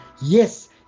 Yes